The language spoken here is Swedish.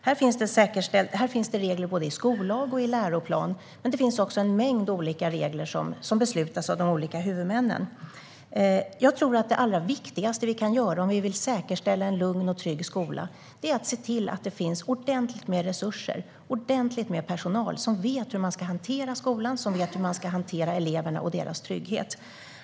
Här finns det regler både i skollag och i läroplan, men det finns också en mängd olika regler som beslutas av de olika huvudmännen. Jag tror att det allra viktigaste vi kan göra om vi vill säkerställa en lugn och trygg skola är att se till att det finns ordentligt med resurser och ordentligt med personal som vet hur man ska hantera skolan, som vet hur man ska hantera eleverna och deras trygghet.